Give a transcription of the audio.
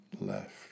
left